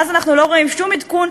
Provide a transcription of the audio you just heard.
מאז אנחנו לא רואים שום עדכון,